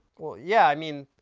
well, yeah, i mean,